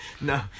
No